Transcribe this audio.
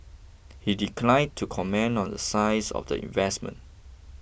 he declined to comment on the size of the investment